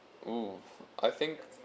oh I think